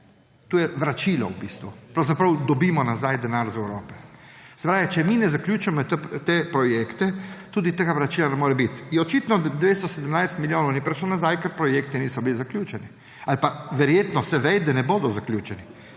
To je vračilo v bistvu, pravzaprav dobimo denar nazaj iz Evrope. Se pravi, če mi ne zaključimo teh projektov, tudi tega vračila ne more biti. In očitno 217 milijonov ni prišlo nazaj, ker projekti niso bili zaključeni ali pa, verjetno se ve, da ne bodo zaključeni